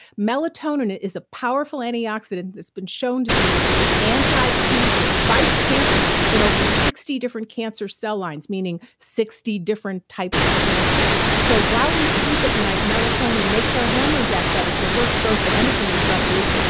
melatonin is a powerful antioxidant. it's been shown to be anticancer, fights cancer in over sixty different cancer cell lines, meaning sixty different types of cancer. so while we sleep at night, melatonin makes our hormones act better. so if we're exposed to endocrine disruptors,